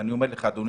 ואני אומר לך, אדוני